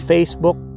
Facebook